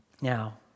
Now